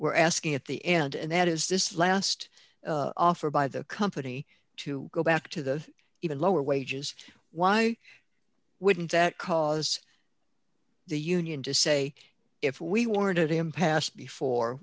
were asking at the end and that is this last offer by the company to go back to the even lower wages why wouldn't that cause the union to say if we wanted him passed before